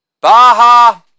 Baja